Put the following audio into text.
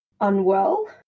unwell